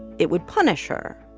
it would punish her.